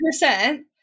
percent